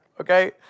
Okay